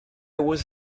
was